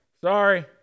Sorry